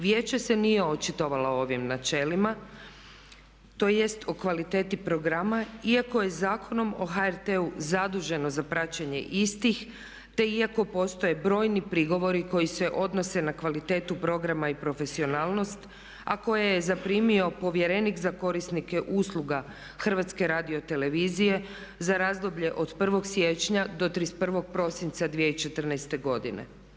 Vijeće se nije očitovalo o ovim načelima, tj. o kvaliteti programa, iako je zakonom o HRT-u zaduženo za praćenje istih, te iako postoje brojni prigovori koji se odnose na kvalitetu programa i profesionalnost, a koje je zaprimio povjerenik za korisnike usluga Hrvatske radio televizije za razdoblje od 1. siječnja do 31. prosinca 2014. godine.